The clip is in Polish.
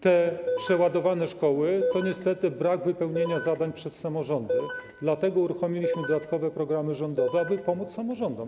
Te przeładowane szkoły to niestety brak wypełnienia zadań przez samorządy, dlatego uruchomiliśmy dodatkowe programy rządowe, aby pomóc samorządom.